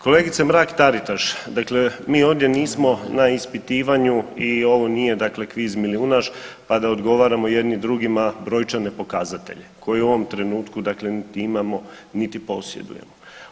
Kolegice Mrak Taritaš, dakle mi ovdje nismo na ispitivanju i ovo nije dakle kviz Milijunaš pa da odgovaramo jedni drugima brojčane pokazatelje koje u ovom trenutku dakle niti imamo, niti posjedujemo.